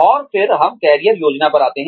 और फिर हम कैरियर योजना पर आते हैं